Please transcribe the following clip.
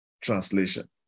Translation